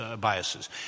biases